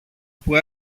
που